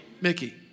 Mickey